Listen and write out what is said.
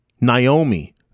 Naomi